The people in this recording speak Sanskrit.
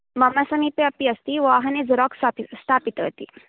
मम समीपे अपि अस्ति वाहने झेराक्स् स्थाप् स्थापितवती